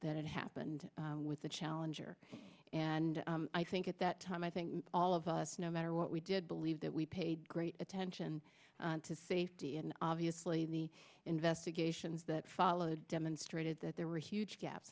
that happened with the challenger and i think at that time i think all of us no matter what we did believe that we paid great attention to safety and obviously the investigations that followed demonstrated that there were huge ga